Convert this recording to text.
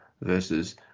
versus